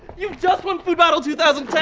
you've just won food battle two thousand